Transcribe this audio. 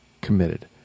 committed